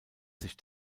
sich